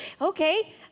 Okay